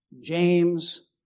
James